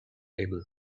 table